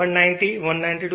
190 192